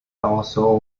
also